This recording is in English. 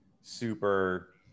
super